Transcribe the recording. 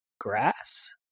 grass